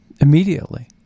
immediately